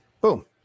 boom